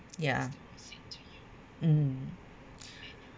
ya mm